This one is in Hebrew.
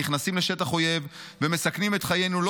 נכנסים לשטח אויב ומסכנים את חיינו לא